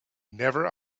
never